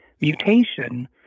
mutation